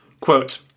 Quote